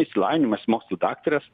išsilavinimas mokslų daktaras